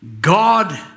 God